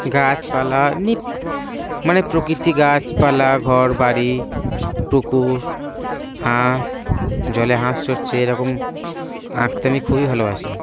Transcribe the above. গাছপালা এমনি মানে প্রকৃতি গাছপালা ঘর বাড়ি পুকুর হাঁস জলে হাঁস চড়ছে এরকম আঁকতে আমি খুবই ভালোবাসি